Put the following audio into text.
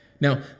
Now